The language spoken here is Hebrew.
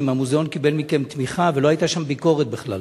המוזיאון קיבל מכם תמיכה ולא היתה שם ביקורת בכלל.